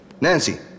Nancy